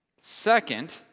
Second